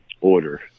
order